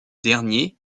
dernier